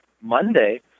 Monday